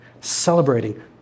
celebrating